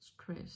stress